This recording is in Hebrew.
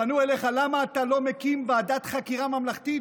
פנו אליך למה אתם לא מקימים ועדת חקירה ממלכתית,